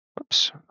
Oops